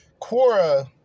Quora